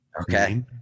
Okay